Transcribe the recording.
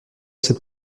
cette